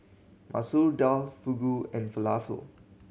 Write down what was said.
Masoor Dal Fugu and Falafel